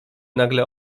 nagle